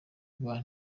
rwa